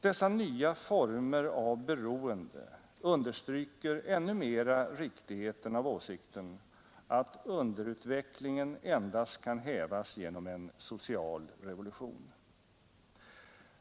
Dessa nya former av beroende understryker ännu mera riktigheten av åsikten, att underutvecklingen endast kan hävas genom en social revolution.